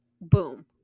boom